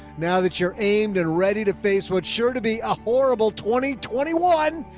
now that you're aimed and ready to face. what's sure to be a horrible twenty, twenty one.